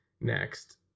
next